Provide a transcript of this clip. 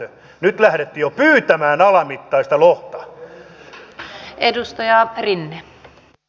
nyt lähdettiin jo pyytämään alamittaista lohta